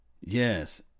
Yes